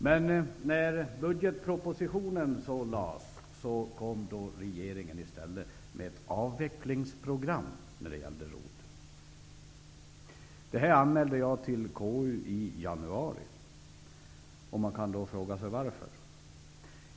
Men när budgetpropositionen framlades kom regeringen i stället med ett avvecklingsprogram när det gällde Detta anmälde jag till konstitutionsutskottet i januari. Varför?